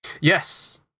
Yes